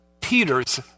Peter's